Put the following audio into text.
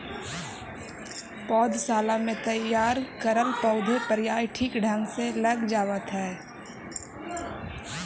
पौधशाला में तैयार करल पौधे प्रायः ठीक ढंग से लग जावत है